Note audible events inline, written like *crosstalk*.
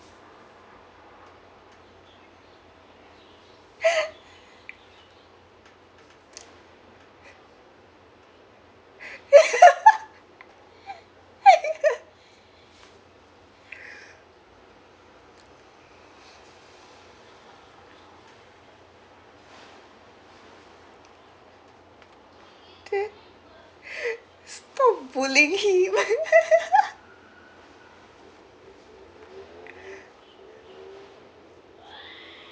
*laughs* *laughs* then stop bullying him *laughs*